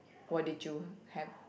what did you have